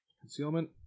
Concealment